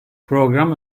program